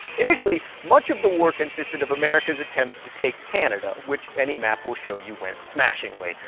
initially, much of the war consisted of america's attempts to take canada, which any map will show you went smashingly.